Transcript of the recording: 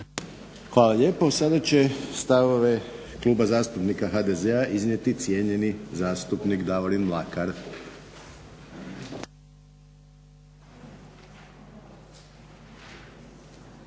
Hvala lijepo. Sada će stavove Kluba zastupnika HDZ-a iznijeti cijenjeni zastupnik Davorin Mlakar.